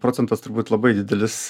procentas turbūt labai didelis